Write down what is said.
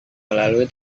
melalui